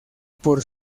por